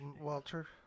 Walter